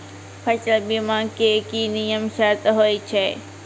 फसल बीमा के की नियम सर्त होय छै?